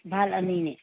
ban ꯑꯅꯤꯅꯦ